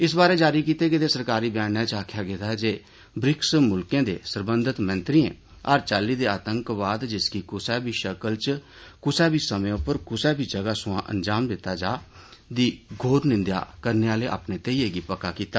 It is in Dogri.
इस बारे जारी कीते गेदे सरकारी व्याने च आक्खेआ गेदा ऐ जे ब्रिक्स मुल्खें दे सरबंधत मंत्रिए हर चाल्ली दे आतंकवाद जिसगी कुसै बी शकल च कुसै बी समें उप्पर कुसै बी जगह थमां अंजाम दित्ता जा दी घौर निंदेआ करने आलें अपने घेइयै गी पक्का कीता